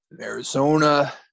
Arizona